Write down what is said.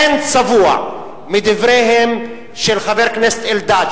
אין צבוע מדבריהם של חבר הכנסת אלדד,